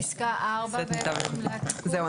זהו.